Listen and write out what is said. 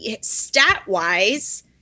stat-wise